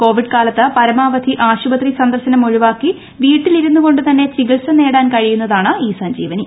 Covid കാലത്ത് പരമാവധി ആശുപത്രി സന്ദർശനം ഒഴിവാക്കി വീട്ടിൽ ഇരുന്നുകൊണ്ടുതന്നെ ചികിത്സ തേടാൻ കഴിയുന്നതാണ് ഇ സഞ്ജീവനി